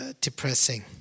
depressing